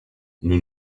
nous